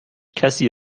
کسی